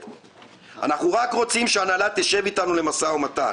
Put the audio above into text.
אנחנו רק רוצים שההנהלה תשב איתנו למשא ומתן.